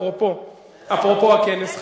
אפרופו הכנס.